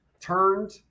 turned